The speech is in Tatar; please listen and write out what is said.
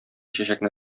чәчәкне